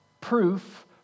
proof